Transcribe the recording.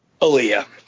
Aaliyah